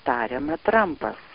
tariame trampas